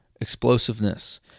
explosiveness